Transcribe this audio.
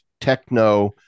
techno